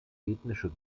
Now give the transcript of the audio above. ethnische